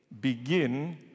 begin